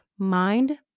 mind